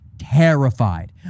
Terrified